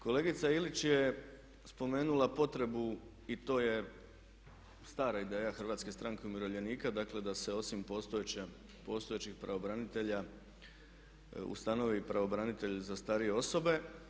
Kolegica Ilić je spomenula potrebu i to je stara ideja Hrvatske stranke umirovljenika dakle da se osim postojećih pravobranitelja ustanovi i pravobranitelj za starije osobe.